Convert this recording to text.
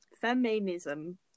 Feminism